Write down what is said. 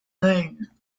mölln